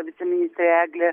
viceministrė eglė